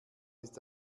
ist